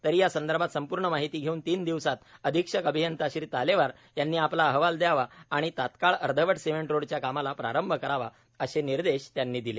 तरी या संदर्भात पूर्ण माहिती घेऊन तीन दिवसात अधिक्षक अभियंता तालेवार यांनी आपला अहवाल दयावा व तात्काळ अर्धवट सिमेंट रोडच्या कामाला प्रारंभ करावा असे निर्देश त्यांनी दिले